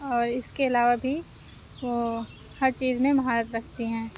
اور اس کے علاوہ بھی وہ ہر چیز میں مہارت رکھتی ہیں